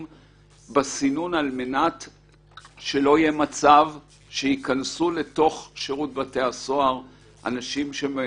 בסינון כדי שלא יהיה מצב שייכנסו לתוך שירות בתי הסוהר אנשים שגם